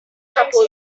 couple